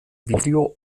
video